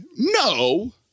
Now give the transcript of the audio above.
no